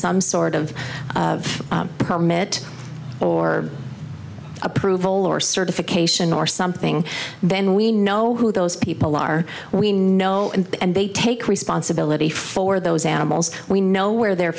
some sort of commit or approval or certification or something then we know who those people are we know and they take responsibility for those animals we know where they're